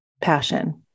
passion